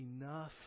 enough